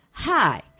Hi